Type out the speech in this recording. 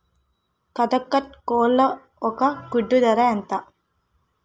కదక్నత్ కోళ్ల ఒక గుడ్డు ధర ఎంత?